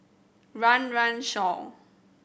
Run Run Shaw